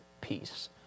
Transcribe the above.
Peace